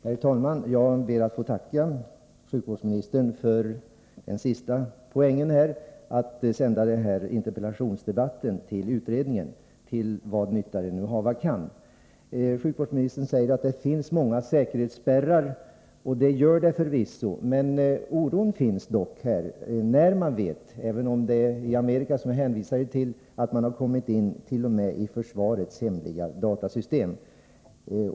Herr talman! Jag ber att få tacka sjukvårdsministern för den senaste poängen, dvs. att hon skall se till att utredningen får del av denna interpellationsdebatt — till vad nytta det nu hava kan. Sjukvårdsministern säger att det finns många säkerhetsspärrar, och det gör det förvisso. Men oron finns dock, när vi vet att man har kommit in t.o.m. i försvarets hemliga datasystem — även om det skedde i Amerika, som jag hänvisade till.